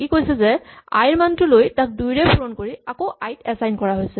ই কৈছে যে আই ৰ মানটো লৈ তাক ২ ৰে পূৰণ কৰি আকৌ আই ত এচাইন কৰা হৈছে